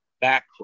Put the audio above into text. back